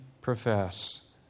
profess